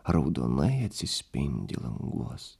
raudonai atsispindi languos